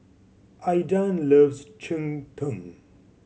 Aydan loves cheng tng